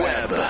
Web